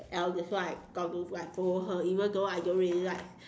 ya that's why got to like follow her even though I don't really like